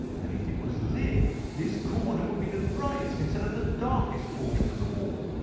and if it was lit this corner would be the brightest instead of the darkest portion of the wall.